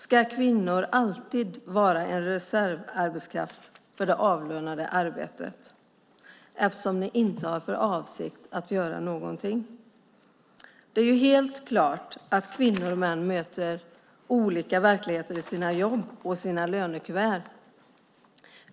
Ska kvinnor alltid vara en reservarbetskraft för det avlönade arbetet eftersom ni inte har för avsikt att göra någonting? Det är helt klart att kvinnor och män möter olika verkligheter i sina jobb och sina lönekuvert.